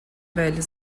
velho